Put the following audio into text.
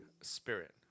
spirit